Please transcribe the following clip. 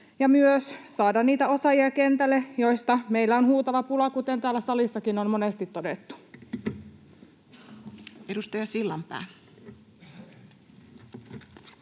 kentälle niitä osaajia, joista meillä on huutava pula, kuten täällä salissakin on monesti todettu? [Speech